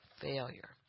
failure